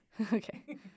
Okay